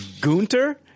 gunter